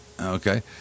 okay